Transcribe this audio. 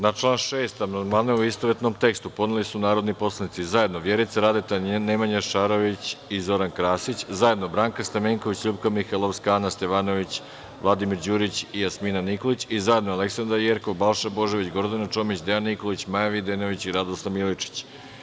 Na član 6. amandmane u istovetnom tekstu podneli su narodni poslanici: zajedno Vjerica Radeta, Nemanja Šarović i Zoran Krasić, zajedno Branka Stamenković, LJupka Mihajlovska, Ana Stevanović, Vladimir Đurić i Jasmina Nikolić i zajedno Aleksandra Jerkov, Balša Božović, Gordana Čomić, Dejan Nikolić, Maja Videnović i Radoslav Milojičić.